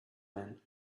men